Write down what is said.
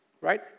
Right